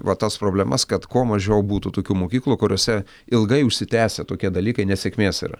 va tas problemas kad kuo mažiau būtų tokių mokyklų kuriose ilgai užsitęsę tokie dalykai nesėkmės yra